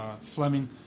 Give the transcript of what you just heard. Fleming